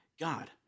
God